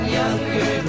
younger